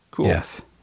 Yes